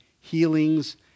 healings